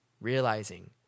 realizing